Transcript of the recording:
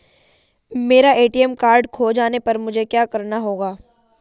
मेरा ATM card खो जाने पर मुझे क्या करना होगा?